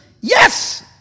Yes